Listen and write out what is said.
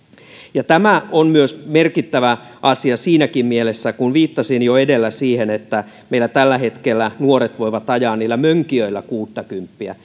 tämä on merkittävä asia siinäkin mielessä että kun viittasin jo edellä siihen että meillä tällä hetkellä nuoret voivat ajaa niillä mönkijöillä kuuttakymppiä